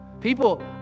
People